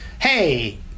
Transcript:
Hey